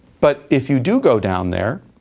but if you do go down there,